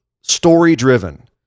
story-driven